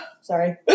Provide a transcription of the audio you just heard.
Sorry